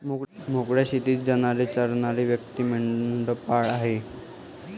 मोकळ्या शेतात जनावरे चरणारी व्यक्ती मेंढपाळ आहे